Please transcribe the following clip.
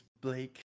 Blake